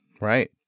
Right